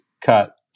cut